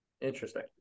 interesting